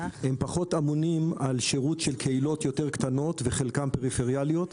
הם פחות אמונים על שירות של קהילות יותר קטנות וחלקם פריפריאליות.